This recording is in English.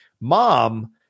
mom